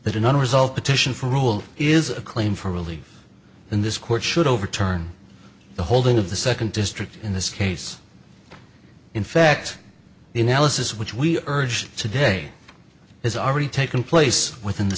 that another result petition for rule is a claim for relief in this court should overturn the holding of the second district in this case in fact the analysis which we urge today has already taken place within the